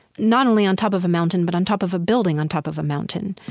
not only on top of a mountain, but on top of a building on top of a mountain.